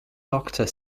doctor